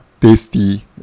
tasty